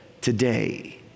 today